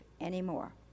anymore